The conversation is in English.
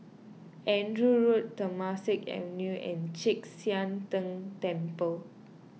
Andrew Road Temasek Avenue and Chek Sian Tng Temple